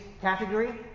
category